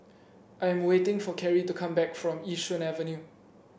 I am waiting for Kerrie to come back from Yishun Avenue